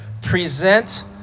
present